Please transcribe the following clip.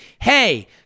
Hey